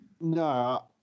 No